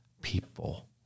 people